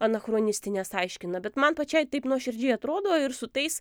anachronistines aiškina bet man pačiai taip nuoširdžiai atrodo ir su tais